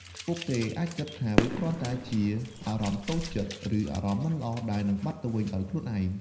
ពួកគេអាចគិតថាវាគ្រាន់តែជា "អារម្មណ៍តូចចិត្ត" ឬ "អារម្មណ៍មិនល្អ" ដែលនឹងបាត់ទៅវិញដោយខ្លួនឯង។